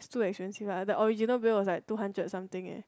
it's too expensive ah the original bill was like two hundred something leh